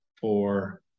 four